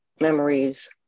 memories